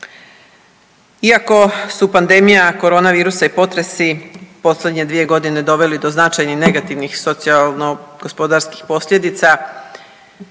Iako su pandemija korona virusa i potresi u posljednje dvije godine doveli do značajnih negativnih socijalno gospodarskih posljedica